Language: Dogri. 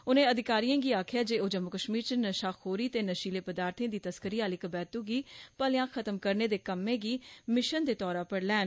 उन्ने अधिकारियें गी आक्खेया जे ओ जम्मू कश्मीर च नशाखोरी ते नशीलें पदार्थें दी तस्करी आली कबैतू गी भलेयां खत्म करने दे कम्मै गी मिशन दे तौरा पर लैन